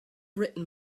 written